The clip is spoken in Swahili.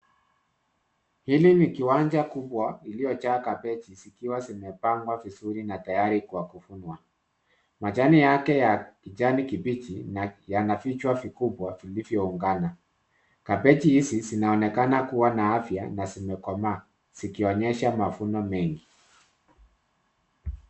Hili ni kiwanja kubwa iliyo jaa kabeji zikuwa zimepangwa vizuri na tayari kwa kuvuna. Majani yake ya kijani kibichi na yana vichwa vikubwa vilivyo ungana. Kabeji hizi zinaonekana kuwa na afya na zimekomaa zikionyesha mavuno mengi.